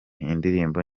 indirimbo